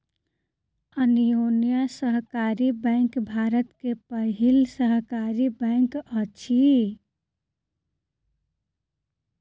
अन्योन्या सहकारी बैंक भारत के पहिल सहकारी बैंक अछि